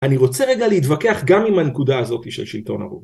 אני רוצה רגע להתווכח גם עם הנקודה הזאת של שלטון הרוב